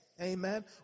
Amen